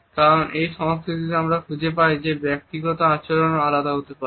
কারণ একই সংস্কৃতিতে আমরা খুঁজে পাই যে ব্যক্তিগত আচরণও আলাদা হতে পারে